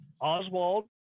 Oswald